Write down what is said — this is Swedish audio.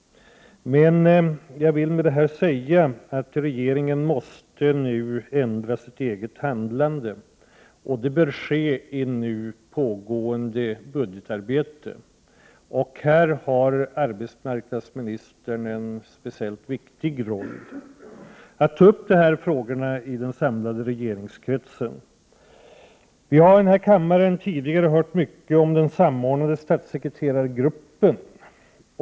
Jag vill med detta säga att regeringen måste nu ändra sitt eget handlande. Det bör ske i nu pågående budgetarbete. Här har arbetsmarknadsministern en speciellt viktig roll att ta upp dessa frågor i den samlade regeringskretsen. Vi har i denna kammare tidigare hört mycket om den samordnade statssekreterargruppen.